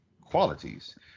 qualities